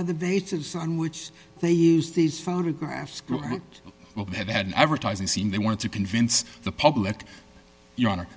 other data on which they use these photographs have an advertising scene they want to convince the public